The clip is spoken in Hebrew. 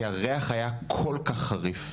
כי הריח היה כל כך חריף.